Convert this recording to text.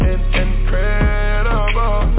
Incredible